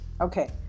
Okay